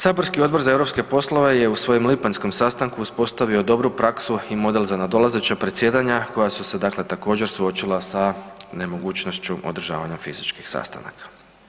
Saborski Odbor za europske poslove je u svojem lipanjskom sastanku uspostavio dobru praksu i model za nadolazeća predsjedanja koja su se dakle također suočila sa nemogućnošću fizičkih sastanaka.